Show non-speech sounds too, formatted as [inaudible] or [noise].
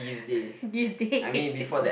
[laughs] these days